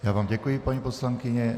Já vám děkuji, paní poslankyně.